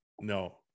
No